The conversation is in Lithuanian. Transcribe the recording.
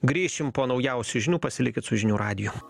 grįšim po naujausių žinių pasilikit su žinių radiju